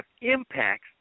impacts